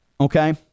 okay